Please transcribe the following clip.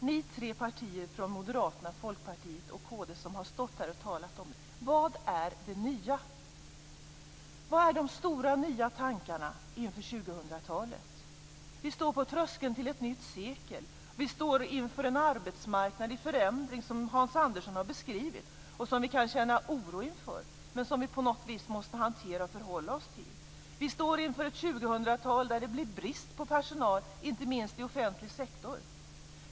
Ni tre partier - Moderaterna, Folkpartiet och Kristdemokraterna - har ju stått här och talat om detta. Men vad är det nya? Vilka är de stora nya tankarna inför 2000-talet? Vi står på tröskeln till ett nytt sekel. Vi står inför en arbetsmarknad i förändring, något som Hans Andersson har beskrivit och som vi kan känna oro inför men som vi på något sätt måste hantera och förhålla oss till. Vi står inför ett 2000-tal med brist på personal, inte minst inom den offentliga sektorn.